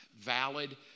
valid